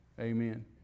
Amen